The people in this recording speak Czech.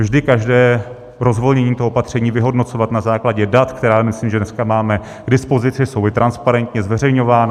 Vždy každé rozvolnění toho opatření vyhodnocovat na základě dat, která myslím, že dneska máme k dispozici, jsou i transparentně zveřejňována.